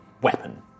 weapon